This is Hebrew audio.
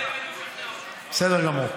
בסדר גמור.